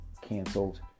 canceled